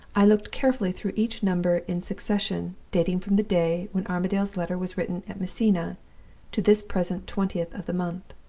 i looked carefully through each number in succession, dating from the day when armadale's letter was written at messina to this present twentieth of the month,